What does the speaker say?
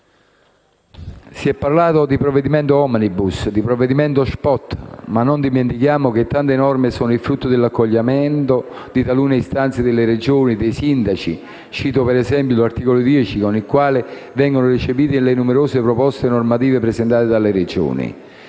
Si è parlato di provvedimento *omnibus* e *spot*, ma non dimentichiamo che tante norme sono il frutto dell'accoglimento di talune istanze delle Regioni e dei sindaci. Cito, per esempio, l'articolo 10, con il quale vengono recepite le numerose proposte normative presentate dalle Regioni